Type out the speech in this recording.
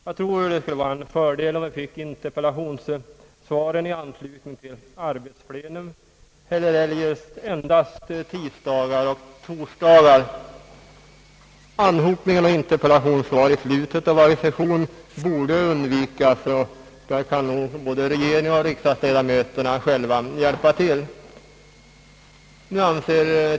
Jag tror att det skulle vara en fördel om vi fick interpellationssvaren i anslutning till arbetsplena eller eljest endast tisdagar och torsdagar. Anhopningen av interpellationssvar i slutet av varje session borde undvikas, och där kan både regeringen och riksdagsledamöterna själva hjälpa till.